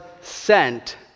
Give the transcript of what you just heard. sent